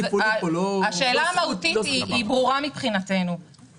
השאלה המהותית היא ברורה מבחינתנו,